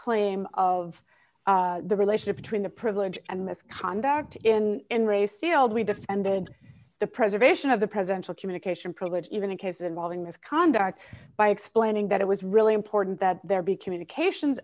claim of the relationship between the privilege and misconduct in and rayfield we defended the preservation of the presidential communication privilege even in cases involving misconduct by explaining that it was really important that there be communications